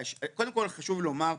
קודם כל חשוב לומר,